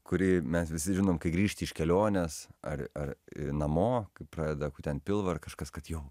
kurį mes visi žinom kai grįžti iš kelionės ar ar namo kai pradeda kutent pilvą ar kažkas kad jau